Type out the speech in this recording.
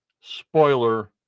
spoiler